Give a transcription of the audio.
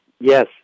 yes